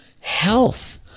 health